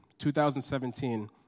2017